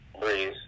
Breeze